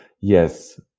Yes